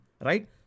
right